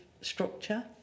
structure